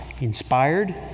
Inspired